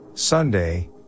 Sunday